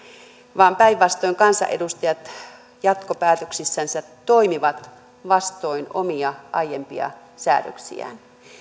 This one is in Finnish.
vaan päinvastoin kansanedustajat jatkopäätöksissänsä toimivat vastoin omia aiempia säädöksiään